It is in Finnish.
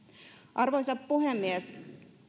arvoisa puhemies